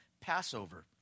Passover